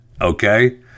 Okay